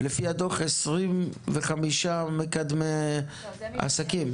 ולפי הדו"ח יש 25 מקדמי עסקים.